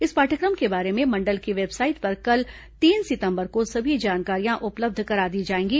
इस पाठ्यक्रम के बारे में मंडल की वेबसाइट पर कल तीन सितंबर को सभी जानकारियां उपलब्ध करा दी जाएंगी